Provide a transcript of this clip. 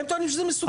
הם טוענים שזה מסוכן.